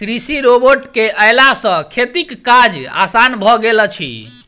कृषि रोबोट के अयला सॅ खेतीक काज आसान भ गेल अछि